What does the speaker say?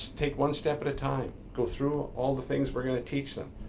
take one step at a time, go through all the things we're gonna teach them.